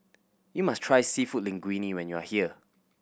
you must try Seafood Linguine when you are here